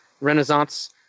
Renaissance